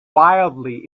wildly